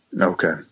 Okay